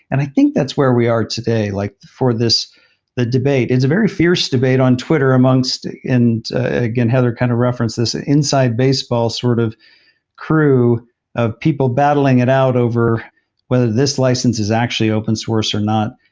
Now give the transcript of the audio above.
and i think that's where we are today, like for this debate. it's a very fierce debate on twitter amongst and again, heather kind of referenced this. inside baseball sort of crew of people battling it out over whether this license is actually open source or not,